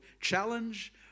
challenge